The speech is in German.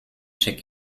check